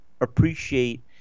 appreciate